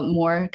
more